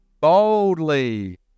boldly